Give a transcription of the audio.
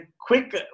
quick